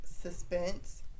suspense